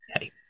hey